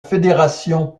fédération